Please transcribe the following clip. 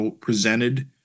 presented